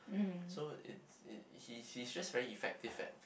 so it's it~ he's just very effective at